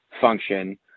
function